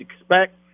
expect